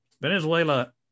Venezuela